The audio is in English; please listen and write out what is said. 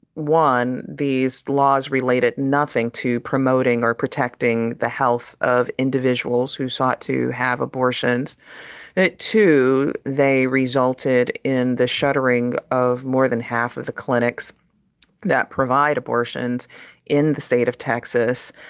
one, these laws related nothing to promoting or protecting the health of individuals who sought to have abortions at two. they resulted in the shuttering of more than half of the clinics that provide abortions in the state of texas.